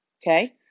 Okay